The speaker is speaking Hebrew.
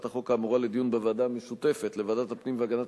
החוק האמורה לדיון בוועדה המשותפת לוועדת הפנים והגנת